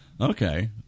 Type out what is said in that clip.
Okay